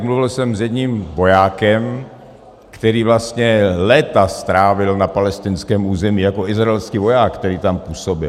Mluvil jsem s jedním vojákem, který vlastně léta strávil na palestinském území jako izraelský voják, který tam působil.